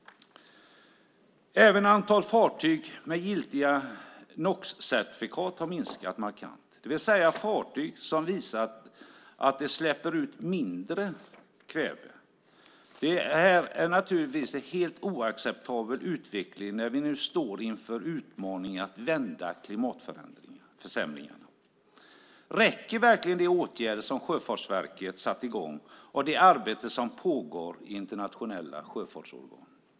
Även antalet fartyg med giltiga NOx-certifikat har minskat markant, det vill säga fartyg som visar att de släpper ut mindre kväve. Det här är naturligtvis en helt oacceptabel utveckling när vi nu står inför utmaningen att vända klimatförsämringarna. Räcker verkligen de åtgärder som Sjöfartsverket satt i gång och det arbete som pågår i internationella sjöfartsorgan?